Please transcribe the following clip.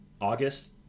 August